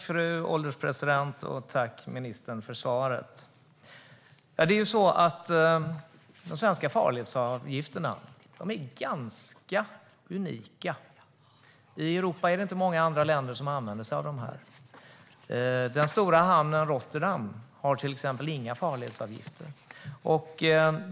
Fru ålderspresident! Tack, ministern, för svaret! De svenska farledsavgifterna är ganska unika. I Europa är det inte många andra länder som använder sig av sådana. Den stora hamnen Rotterdam har till exempel inga farledsavgifter.